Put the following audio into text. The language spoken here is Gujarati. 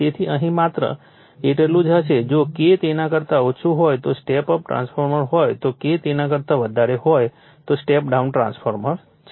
તેથી અહીં માત્ર એટલું જ હશે જો K તેના કરતા ઓછું હોય તો સ્ટેપ અપ ટ્રાન્સફોર્મર હોય તો K તેના કરતા વધારે હોય તો સ્ટેપ ડાઉન ટ્રાન્સફોર્મર છે